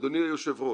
אדוני היושב ראש,